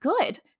good